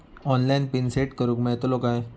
Online pin set करूक मेलतलो काय?